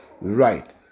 Right